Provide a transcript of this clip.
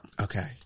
Okay